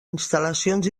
instal·lacions